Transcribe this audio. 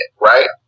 right